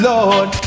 Lord